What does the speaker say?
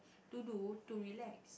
to do to relax